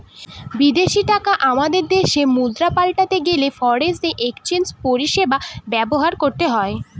বিদেশী টাকা আমাদের দেশের মুদ্রায় পাল্টাতে গেলে ফরেন এক্সচেঞ্জ পরিষেবা ব্যবহার করতে হয়